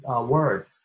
Word